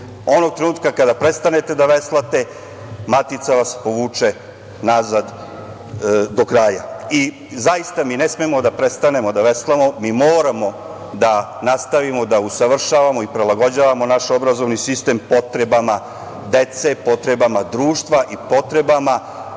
Onog trenutka kada prestanete da veslate, matica vas povuče nazad do kraja.I zaista, mi ne smemo da prestanemo da veslamo, mi moramo da nastavimo da usavršavamo i prilagođavamo naš obrazovni sistem potrebama dece, potrebama društva i potrebama